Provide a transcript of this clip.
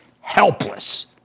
helpless